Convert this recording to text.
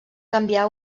canviar